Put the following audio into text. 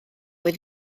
oedd